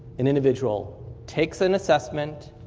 an individual takes an assessment,